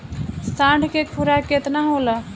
साँढ़ के खुराक केतना होला?